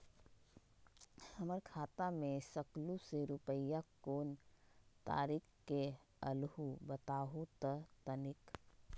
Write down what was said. हमर खाता में सकलू से रूपया कोन तारीक के अलऊह बताहु त तनिक?